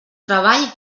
treball